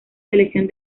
selección